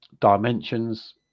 dimensions